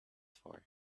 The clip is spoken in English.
for